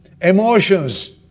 emotions